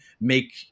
make